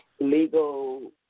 legal